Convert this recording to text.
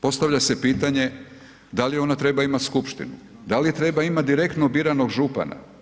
Postavlja se pitanje da li ona treba imati skupštinu, da li treba imati direktno biranog župana?